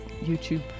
YouTube